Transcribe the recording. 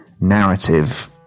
narrative